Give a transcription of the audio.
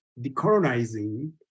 decolonizing